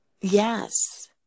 Yes